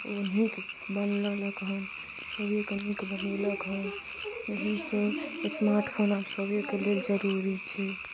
ओ नीक बन लेलक हन सबके नीक बनेलक हन यही सऽ स्मार्ट फोन आब सबके लेल जरूरी छै